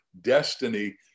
destiny